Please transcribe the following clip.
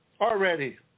already